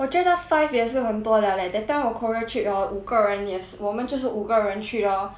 我觉得 five 也是很多 liao leh that time 我 korea trip hor 五个人也是我们就是五个人去 lor